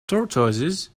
tortoises